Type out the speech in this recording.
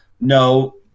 no